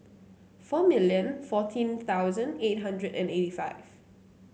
four million fourteen thousand eight hundred and eighty five